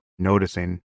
noticing